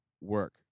work